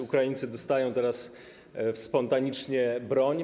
Ukraińcy dostają teraz spontanicznie broń.